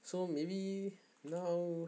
so maybe now